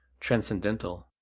transcendental.